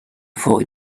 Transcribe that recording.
for